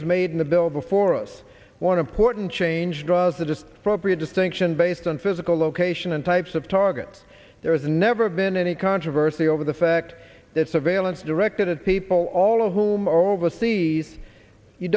s made in the bill before us one important change draws the just property distinction based on physical location and types of targets there's never been any controversy over the fact that surveillance directed at people all of whom are overseas you